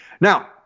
Now